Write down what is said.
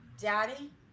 Daddy